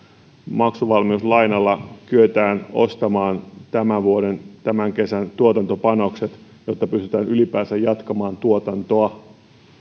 maksuvalmiuslainalla kyetään ostamaan tämän vuoden tämän kesän tuotantopanokset jotta pystytään ylipäänsä jatkamaan tuotantoa